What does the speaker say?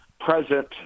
present